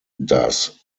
does